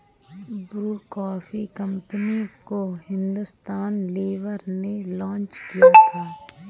Bru coffee company को Hindustan Lever ने launch किया था